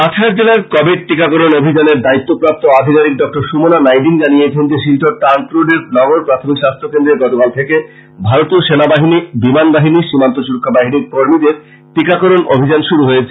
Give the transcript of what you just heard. কাছাড় জেলার কোবিড টীকাকরন অভিযানের দায়িত্বপ্রাপ্ত আধিকারীক ডক্টর সুমনা নাইডিং জানিয়েছেন যে শিলচর ট্রাংক রোডের নগর প্রাথমিক স্বাস্থ্য কেন্দ্রে গতকাল থেকে ভারতীয় সেনা বাহিনী বিমান বাহিনী সীমান্ত সুরক্ষা বাহিনীর কর্মীদের টীকাকরন কর্মসূচী শুরু হবে